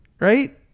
right